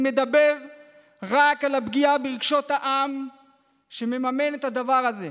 אני מדבר רק על הפגיעה ברגשות העם שמממן את הדבר הזה.